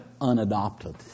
unadopted